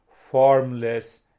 formless